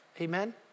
Amen